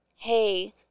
Hey